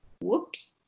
Whoops